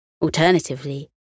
Alternatively